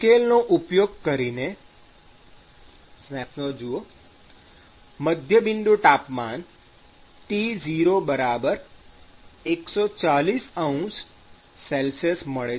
ઉકેલનો ઉપયોગ કરીને સ્નેપશોટ જુઓ મધ્યબિંદુ તાપમાન T0140°C મળે છે